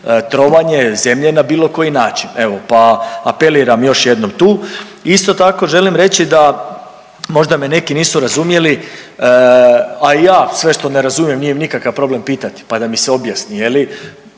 trovanje zemlje na bilo koji način, evo pa apeliram još jednom tu. Isto tako želim reći da možda me neki nisu razumjeli, a i ja sve što ne razumijem nije mi nikakav problem pitati pa da mi se objasni i